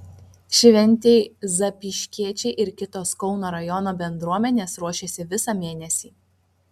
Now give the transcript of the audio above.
šventei zapyškiečiai ir kitos kauno rajono bendruomenės ruošėsi visą mėnesį